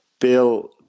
bill